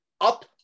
up